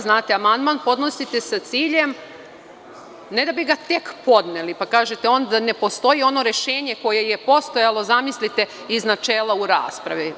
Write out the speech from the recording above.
Znate amandman podnosite sa ciljem, ne da bi ga tek podneli, pa kažete onda ne postoji ono rešenje koje je postojalo, zamislite, iz načela u raspravi.